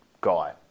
guy